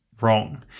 wrong